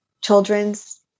children's